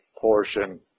portion